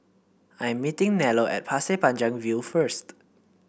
I'm meeting Nello at Pasir Panjang View first